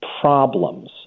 problems